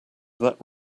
that